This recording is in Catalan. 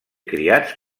criats